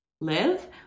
live